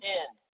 end